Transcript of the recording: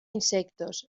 insectos